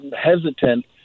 hesitant